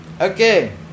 Okay